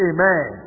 Amen